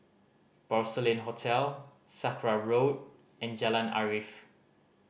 Porcelain Hotel Sakra Road and Jalan Arif